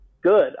good